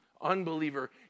unbeliever